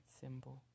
symbol